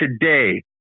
today